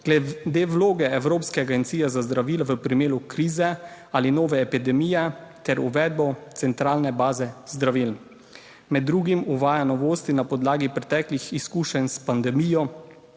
glede vloge Evropske agencije za zdravila v primeru krize ali nove epidemije ter uvedbo centralne baze zdravil. Med drugim uvaja novosti na podlagi preteklih izkušenj s pandemijo,